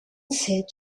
said